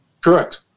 Correct